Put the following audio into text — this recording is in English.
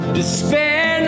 Despair